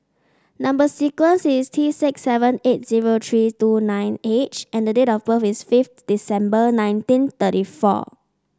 number sequence is T six seven eight zero three two nine H and the date of birth is fifth December nineteen thirty four